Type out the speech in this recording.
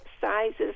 sizes